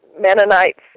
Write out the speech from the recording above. Mennonites